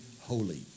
holy